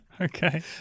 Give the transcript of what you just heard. Okay